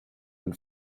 and